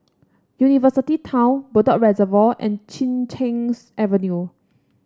University Town Bedok Reservoir and Chin Cheng's Avenue